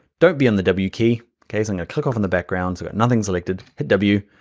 don't be on the w key, okay? so i'm gonna click off on the background so but nothing is selected, hit w,